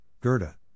Gerda